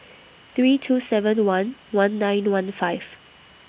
three two seven one one nine one five